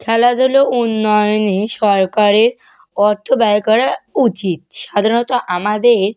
খেলাধুলো উন্নয়নে সরকারের অর্থ ব্যয় করা উচিত সাধারণত আমাদের